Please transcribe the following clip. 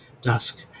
dusk